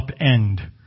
upend